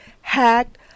hacked